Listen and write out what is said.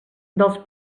dels